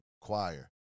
choir